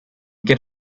get